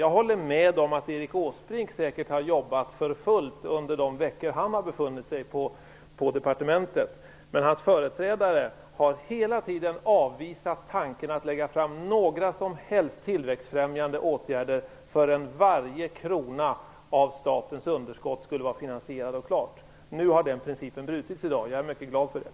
Jag tror säkert att Erik Åsbrink har jobbat för fullt under de veckor han har befunnit sig på departementet, men hans företrädare har hela tiden avvisat tanken på att lägga fram några som helst tillväxtfrämjande åtgärder innan varje krona av statens underskott var finansierad och klar. Nu har den principen brutits i dag, och jag är mycket glad för det.